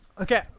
Okay